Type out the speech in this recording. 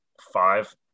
five